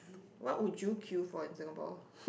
what would you queue for in Singapore